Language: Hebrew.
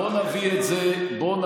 בוא נביא את זה ביחד,